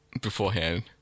beforehand